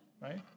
right